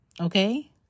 Okay